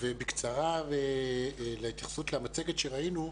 בקצרה להתייחסות למצגת שראינו,